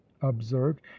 observed